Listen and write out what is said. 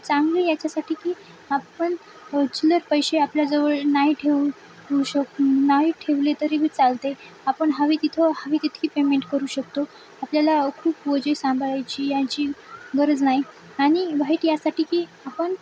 चांगली याच्यासाठी की आपण चिल्लर पैसे आपल्या जवळ नाही ठेऊ ऊ शक नाही ठेवले तरी बी चालते आपण हवी तिथं हवी तितकी पेमेंट करू शकतो आपल्याला खूप ओझी सांभाळायची याची गरज नाही आणि वाईट यासाठी की आपण